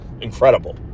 incredible